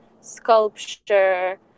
sculpture